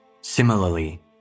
Similarly